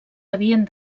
havien